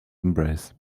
embrace